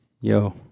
Yo